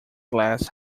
glass